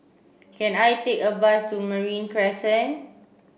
can I take a bus to Marine Crescent